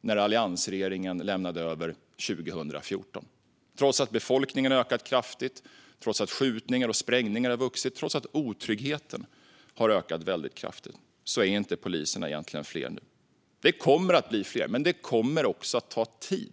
när alliansregeringen lämnade över makten 2014. Trots att befolkningen ökat kraftigt, trots att antalet skjutningar och sprängningar ökat och trots att otryggheten har ökat väldigt kraftigt är poliserna egentligen inte fler nu. De kommer att bli fler, men detta kommer också att ta tid.